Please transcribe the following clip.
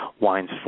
wines